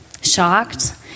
shocked